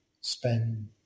spend